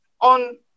on